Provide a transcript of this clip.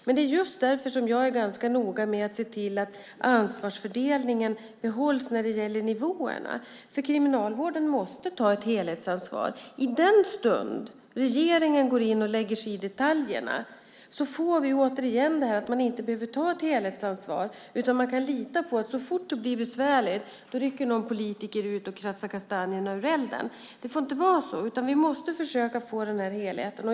Men det är just därför jag är ganska noga med att se till att ansvarsfördelningen behålls när det gäller nivåerna. Kriminalvården måste ta ett helhetsansvar. I den stund regeringen går in och lägger sig i detaljerna får vi återigen att man inte behöver ta ett helhetsansvar, utan man kan lita på att så fort det blir besvärligt rycker någon politiker ut och kratsar kastanjerna ur elden. Det får inte vara så, utan vi måste försöka få en helhet.